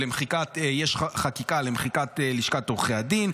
יש חקיקה למחיקת לשכת עורכי הדין.